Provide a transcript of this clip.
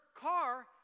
car